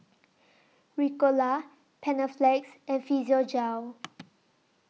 Ricola Panaflex and Physiogel